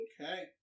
Okay